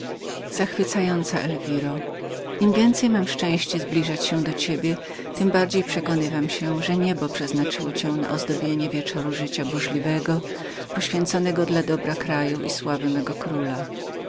zachwycająca elwiro im więcej mam szczęście zbliżania się do ciebie tem bardziej przekonywam się że niebo przeznaczyło cię na ozdobienie wieczora życia burzliwego poświęconego dla dobra kraju i sławy mego króla